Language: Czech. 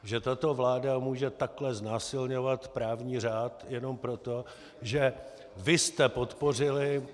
Že tato vláda může takhle znásilňovat právní řád jenom proto, že vy jste podpořili...